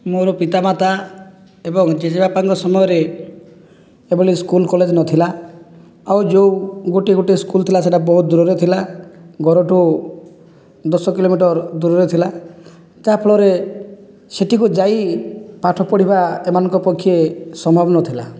ମୋ'ର ପିତା ମାତା ଏବଂ ଜେଜେବାପାଙ୍କ ସମୟରେ ଏଭଳି ସ୍କୁଲ କଲେଜ ନଥିଲା ଆଉ ଯେଉଁ ଗୋଟିଏ ଗୋଟିଏ ସ୍କୁଲ ଥିଲା ସେ'ଟା ବହୁତ ଦୂରରେ ଥିଲା ଘରଠୁ ଦଶ କିଲୋମିଟର ଦୂରରେ ଥିଲା ଯାହା ଫଳରେ ସେ'ଠିକୁ ଯାଇ ପାଠ ପଢ଼ିବା ଏମାନଙ୍କ ପକ୍ଷେ ସମ୍ଭବ ନଥିଲା